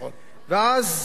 ואז